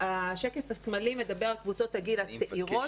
השקף השמאלי מדבר על קבוצות הגיל הצעירות.